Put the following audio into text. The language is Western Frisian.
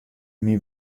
myn